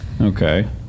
Okay